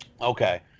Okay